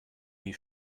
die